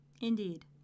Indeed